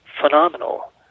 phenomenal